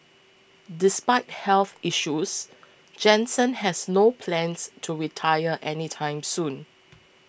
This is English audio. despite health issues Jansen has no plans to retire any time soon